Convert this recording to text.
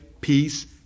peace